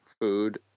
food